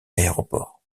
aéroport